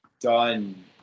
done